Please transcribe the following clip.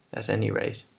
at any rate,